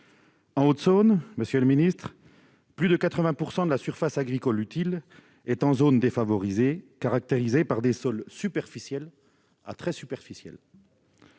En Haute-Saône, monsieur le ministre, plus de 80 % de la surface agricole utile est en zone défavorisée, caractérisée par des sols superficiels, voire très superficiels.